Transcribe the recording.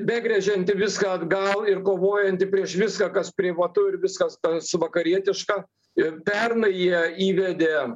begręžianti viską atgal ir kovojanti prieš viską kas privatu ir viskas kas vakarietiška ir pernai jie įvedė